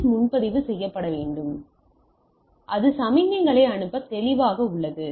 S முன்பதிவு செய்யப்பட வேண்டும் அது சமிக்ஞைகளை அனுப்ப தெளிவாக உள்ளது